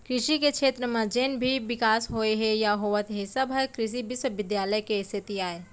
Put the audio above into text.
कृसि के छेत्र म जेन भी बिकास होए हे या होवत हे सब ह कृसि बिस्वबिद्यालय के सेती अय